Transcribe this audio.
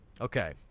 Okay